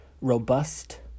robust